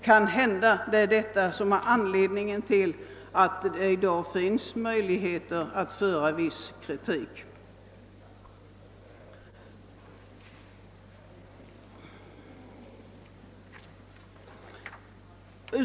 Kanhända detta är anledningen till att det i dag finns möjligheter att föra viss kritik.